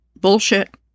bullshit